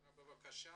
אז בבקשה